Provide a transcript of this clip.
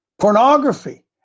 pornography